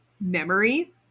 memory